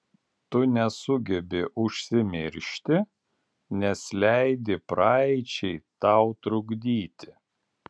tu nesugebi užsimiršti nes leidi praeičiai tau trukdyti